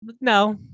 no